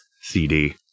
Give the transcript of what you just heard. CD